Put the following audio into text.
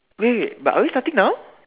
wait but are we starting now